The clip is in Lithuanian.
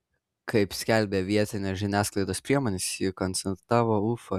kaip skelbia vietinės žiniasklaidos priemonės ji koncertavo ufoje